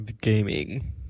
gaming